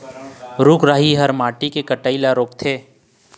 रूख राई ह माटी के कटई ल रोकथे